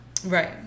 Right